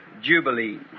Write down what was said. jubilee